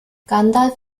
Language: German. gandalf